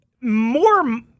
more –